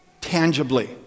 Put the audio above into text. tangibly